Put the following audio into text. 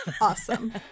Awesome